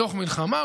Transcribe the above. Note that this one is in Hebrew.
בתוך מלחמה,